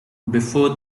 before